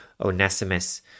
Onesimus